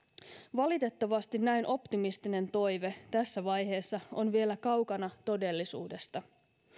valitettavasti näin optimistinen toive tässä vaiheessa on vielä kaukana todellisuudesta